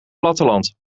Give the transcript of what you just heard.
platteland